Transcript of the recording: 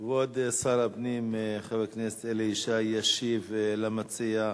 כבוד שר הפנים, חבר הכנסת אלי ישי, ישיב למציע,